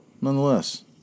nonetheless